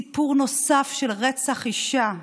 סיפור נוסף של רצח אישה,